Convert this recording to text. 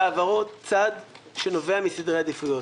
יש בהעברות צד שנובע מסדרי העדיפויות.